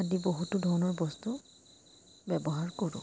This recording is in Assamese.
আদি বহুতো ধৰণৰ বস্তু ব্যৱহাৰ কৰোঁ